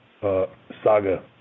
Saga